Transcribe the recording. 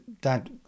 dad